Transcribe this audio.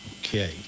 Okay